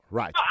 right